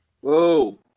Whoa